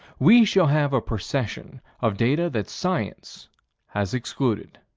we shall have a procession of data that science has excluded.